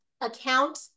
account